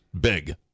big